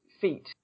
feet